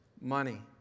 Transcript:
money